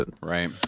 Right